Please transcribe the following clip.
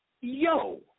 Yo